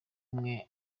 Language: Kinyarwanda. umwe